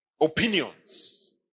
Opinions